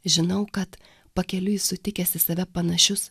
žinau kad pakeliui sutikęs į save panašius